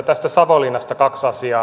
tästä savonlinnasta kaksi asiaa